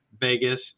Vegas